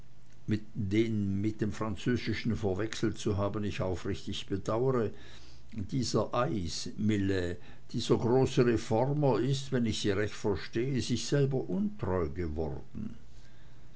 den mit dem französischen verwechselt zu haben ich aufrichtig bedaure dieser ais millais dieser große reformer ist wenn ich sie recht verstehe sich selber untreu geworden